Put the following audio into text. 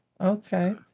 Okay